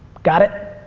got it?